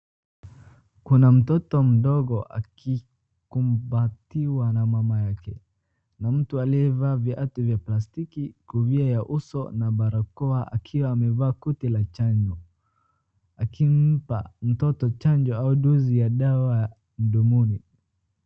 Kuna mtoto mdogo akikumbatiwa na mama yake na mtu aliyevaa vyatu vya plastiki kofia ya uso na barakoa akiwa amevaa koti la chanjo akimpa mtoto chanjo au dozi ya dawa mdomoni.